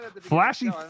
flashy